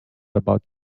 about